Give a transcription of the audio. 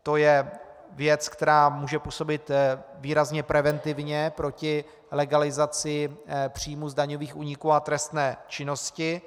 To je věc, která může působit výrazně preventivně proti legalizaci příjmů z daňových úniků a trestné činnosti.